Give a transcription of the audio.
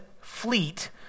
fleet